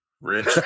Rich